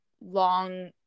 long